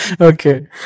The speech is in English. Okay